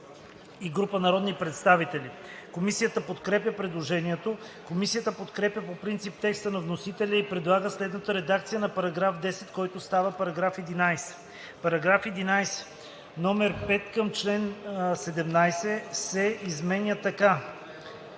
Комисията подкрепя предложението. Комисията подкрепя по принцип текста на вносителя и предлага следната редакция на § 10, който става § 11: „§ 11. Приложение № 5 към чл. 17 се изменя така:“